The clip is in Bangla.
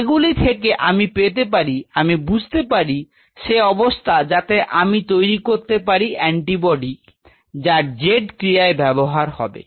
এগুলি থেকে আমি পেতে পারি আমি বুঝতে পারি সে অবস্থা যাতে আমি তৈরি করতে পারি অ্যান্টিবডি যা z ক্রিয়ায় ব্যাবহার হবে